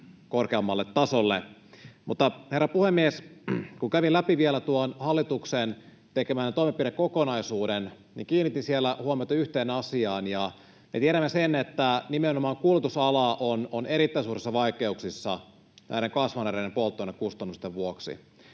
korkeammalle tasolle. Mutta, herra puhemies, kun kävin läpi vielä tuon hallituksen tekemän toimenpidekokonaisuuden, niin kiinnitin siellä huomiota yhteen asiaan. Me tiedämme sen, että nimenomaan kuljetusala on erittäin suurissa vaikeuksissa näiden kasvaneiden polttoainekustannusten vuoksi.